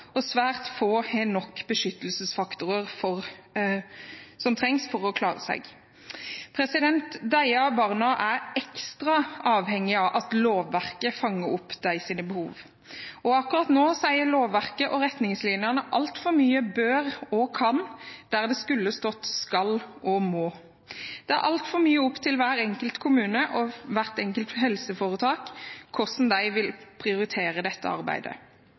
og svært få har nok av de beskyttelsesfaktorer som trengs for å klare seg. Disse barna er ekstra avhengige av at lovverket fanger opp behovene deres, og akkurat nå sier lovverket og retningslinjene altfor mye «bør» og «kan», der det skulle stått «skal» og «må». Det er altfor mye opp til hver enkelt kommune og hvert enkelt helseforetak hvordan de vil prioritere dette arbeidet.